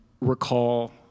recall